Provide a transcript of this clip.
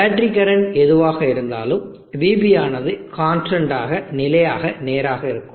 battery current எதுவாக இருந்தாலும் vB ஆனது கான்ஸ்டன் ஆக நிலையாக நேராக இருக்கும்